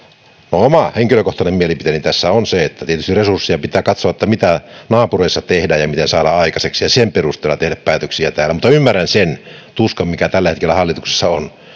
oma henkilökohtainen mielipiteeni tässä on se että tietysti pitää katsoa resursseja mitä naapureissa tehdään ja mitä saadaan aikaiseksi ja sen perusteella tehdä päätöksiä täällä mutta ymmärrän sen tuskan mikä tällä hetkellä hallituksessa on